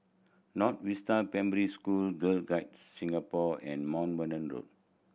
North Vista Primary School Girl Guides Singapore and Mount Vernon Road